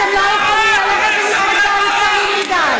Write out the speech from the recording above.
אתם לא יכולים ללכת עם מכנסיים קצרים מדי.